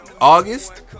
August